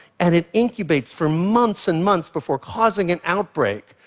and it incubates for months and months before causing an outbreak,